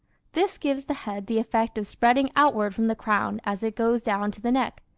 this gives the head the effect of spreading outward from the crown as it goes down to the neck,